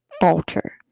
falter